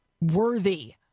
worthy